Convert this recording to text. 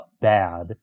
bad